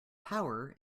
power